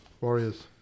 Warriors